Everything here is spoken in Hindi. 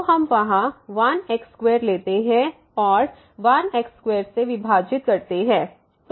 तो हम वहां 1x2 लेते हैं और 1x2से विभाजित करते हैं